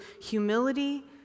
humility